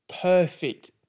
perfect